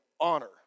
honor